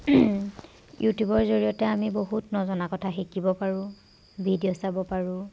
ইউটিউবৰ জৰিয়তে আমি বহুত নজনা কথা শিকিব পাৰোঁ ভিডিঅ' চাব পাৰোঁ